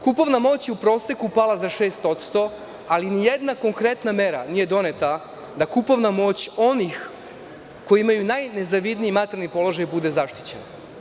Kupovna moć je u proseku pala za 6%, ali ni jedna konkretna mera nije doneta, da kupovna moć onih koji imaju najnezavidniji materijalni položaj bude zaštićen.